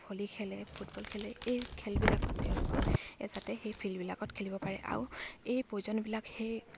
volley খেলে football খেলে এই খেলবিলাকত তেওঁলোকৰ যাতে সেই ফিল্ডবিলাকত খেলিব পাৰে আৰু এই প্ৰয়োজনবিলাক সেই